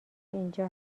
اینجا